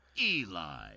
Eli